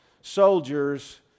soldiers